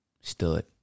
Stood